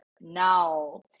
Now